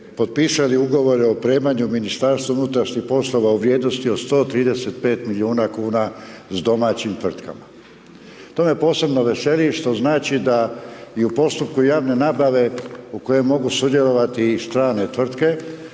potpisali ugovore o opremanju MUP-a u vrijednosti od 135 milijuna kuna s domaćim tvrtkama. To me posebno veseli što znači da i u postupku javne nabave u kojem mogu sudjelovati i strane tvrtke,